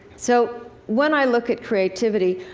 so, when i look at creativity,